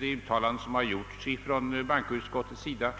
de uttalanden som gjorts från bankoutskottets sida.